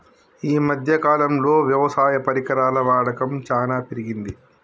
ఈ మధ్య కాలం లో వ్యవసాయ పరికరాల వాడకం చానా పెరిగింది